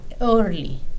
early